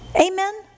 Amen